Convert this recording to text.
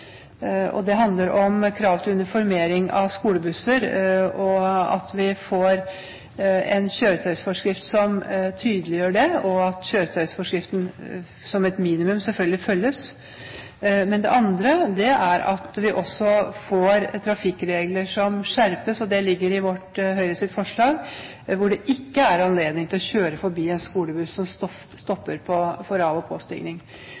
Det handler om krav til uniformering av skolebusser, og at vi får en kjøretøyforskrift som tydeliggjør det, og at kjøretøyforskriften – som et minimum, selvfølgelig – følges. Men det handler også om at vi får trafikkregler som skjerpes – det ligger i Høyres forslag – at det ikke er anledning til å kjøre forbi en skolebuss som stopper for av- og påstigning.